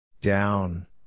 Down